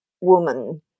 woman